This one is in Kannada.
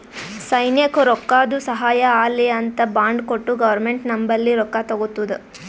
ಸೈನ್ಯಕ್ ರೊಕ್ಕಾದು ಸಹಾಯ ಆಲ್ಲಿ ಅಂತ್ ಬಾಂಡ್ ಕೊಟ್ಟು ಗೌರ್ಮೆಂಟ್ ನಂಬಲ್ಲಿ ರೊಕ್ಕಾ ತಗೊತ್ತುದ